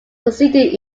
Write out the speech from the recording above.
succeeded